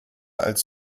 als